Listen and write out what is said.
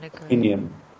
opinion